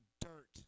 dirt